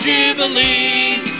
Jubilee